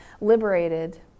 liberated